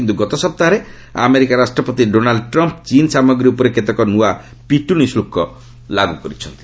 କିନ୍ତୁ ଗତ ସସ୍ତାହରେ ଆମେରିକା ରାଷ୍ଟ୍ରପତି ଡୋନାଲ୍ଡ୍ ଟ୍ରମ୍ପ୍ ଚୀନ୍ ସୀମଗ୍ରୀ ଉପରେ କେତେକ ନୂଆ ପିଟୁଶି ଶୁଳ୍କ ଲାଗୁ କରିଛି